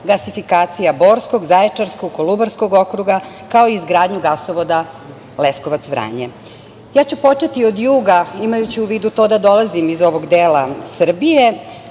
gasifikacija Borskog, Zaječarskog, Kolubarskog okruga, kao i izgradnju gasovoda Leskovac-Vranje. Počeću od juga, imajući u vidu to da dolazim iz ovog dela Srbije.